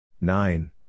nine